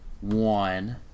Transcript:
one